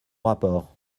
rapport